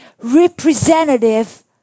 representative